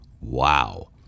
Wow